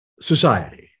society